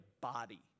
body